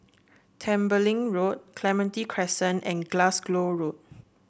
Tembeling Road Clementi Crescent and Glasgow Road